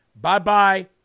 Bye-bye